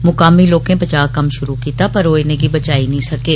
मुकामी लोके बचाव कम्म शुरु कीता पर ओ इनेंगी बचाई नी सकै